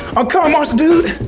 i'm coming monster dude!